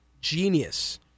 Genius